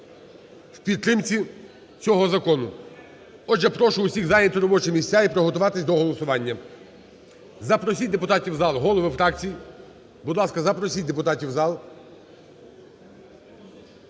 в підтримці цього закону. Отже, прошу всіх зайняти робочі місця і приготуватись до голосування. Запросіть депутатів в зал. Голови фракцій, будь ласка, запросіть депутатів в зал.